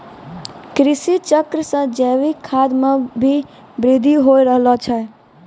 कृषि चक्र से जैविक खाद मे भी बृद्धि हो रहलो छै